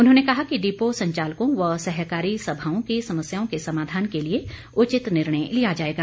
उन्होंने कहा कि डिपो संचालकों व सहकारी सभाओं की समस्याओं के समाधान के लिए उचित निर्णय लिया जाएगा